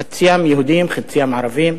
חציים יהודים חציים ערבים,